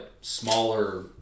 smaller